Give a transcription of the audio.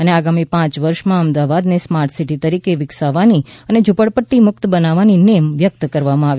અને આગામી પાંચ વર્ષમાં અમદાવાદને સ્માર્ટ સીટી તરીકે વિકસાવવાની અને ઝુંપટપદ્દી મુકત બનાવવાની નેમ વ્યકત કરવામાં આવી